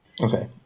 okay